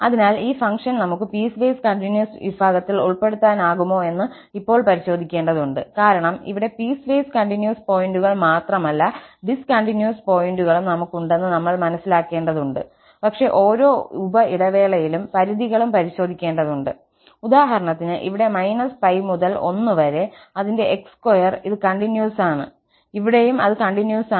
അതിനാൽ ഈ ഫംഗ്ഷൻ നമുക്ക് പീസ്വേസ് കണ്ടിന്യൂസ് വിഭാഗത്തിൽ ഉൾപ്പെടുത്താനാകുമോ എന്ന് ഇപ്പോൾ പരിശോധിക്കേണ്ടതുണ്ട് കാരണം ഇവിടെ പീസ്വേസ് കണ്ടിന്യൂസ് പോയിന്റുകൾ മാത്രമല്ല ഡിസ്കണ്ടിന്യൂസ് പോയിന്റുകളും നമുക്കുണ്ടെന്ന് നമ്മൾ മനസിലാക്കേണ്ടതുണ്ട് പക്ഷേ ഓരോ ഉപ ഇടവേളയിലും പരിധികളും പരിശോധിക്കേണ്ടതുണ്ട് ഉദാഹരണത്തിന് ഇവിടെ −π മുതൽ 1 വരെ അതിന്റെ x2 ഇത് കണ്ടിന്യൂസ് ആണ് ഇവിടെയും ഇത് കണ്ടിന്യൂസ് ആണ്